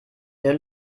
der